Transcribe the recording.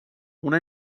una